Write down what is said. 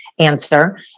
answer